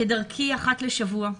כדרכי אחת לשבוע,